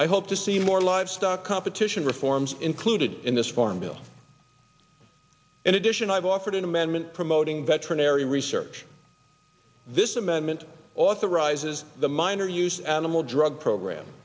i hope to see more livestock competition reforms included in this farm bill and addition i've offered an amendment promoting veterinary research this amendment authorizes the minor use animal drug program